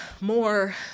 more